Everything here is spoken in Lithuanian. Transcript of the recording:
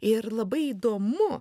ir labai įdomu